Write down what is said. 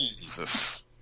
Jesus